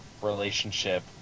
relationship